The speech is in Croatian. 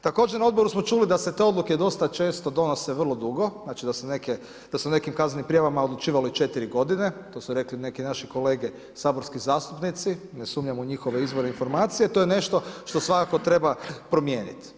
Također na odboru smo čuli da se te odluke dosta često donose vrlo dugo, da se o nekim kaznenim prijavama odlučivalo i četiri godine, to su rekli neki naši kolege saborski zastupnici, ne sumnjam u njihov izvor informacije, to je nešto što svakako treba promijeniti.